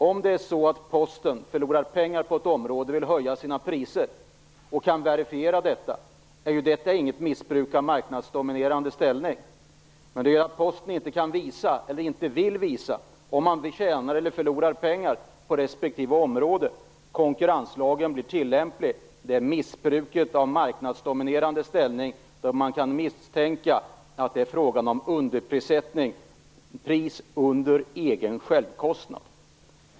Om Posten förlorar pengar på ett område, vill höja sina priser och kan verifiera detta är det inte något missbruk av marknadsdominerande ställning. Det är om Posten inte kan eller inte vill visa om man tjänar eller förlorar pengar på respektive område som konkurrenslagen blir tillämplig. Det gäller missbruk av marknadsdominerande ställning då man kan misstänka att det är fråga om underprissättning - pris under egen självkostnad.